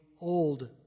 old